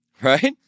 right